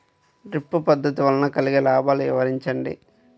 Drip పద్దతి వల్ల కలిగే లాభాలు వివరించండి?